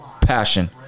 passion